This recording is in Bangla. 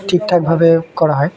ঠিকঠাকভাবে করা হয়